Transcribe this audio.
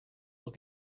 will